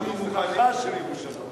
את מזרחה של ירושלים.